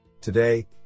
Today